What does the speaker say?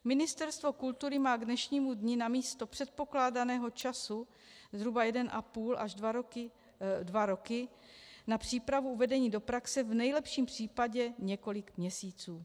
Ministerstvo kultury má k dnešnímu dni namísto předpokládaného času zhruba jeden a půl až dva roky na přípravu uvedení do praxe v nejlepším případě několik měsíců.